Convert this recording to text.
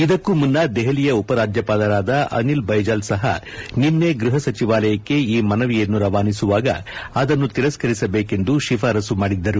ಇದಕ್ಕೂ ಮುನ್ನ ದೆಹಲಿಯ ಉಪರಾಜ್ಯಪಾಲರಾದ ಅನಿಲ್ ಬೈಜಲ್ ಸಹ ನಿನ್ನೆ ಗೃಹಸಚಿವಾಲಯಕ್ಕೆ ಈ ಮನವಿಯನ್ನು ರವಾನಿಸುವಾಗ ಅದನ್ನು ತಿರಸ್ಕರಿಸಬೇಕೆಂದು ಶಿಫಾರಸ್ಪು ಮಾಡಿದ್ದರು